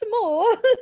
more